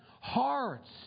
hearts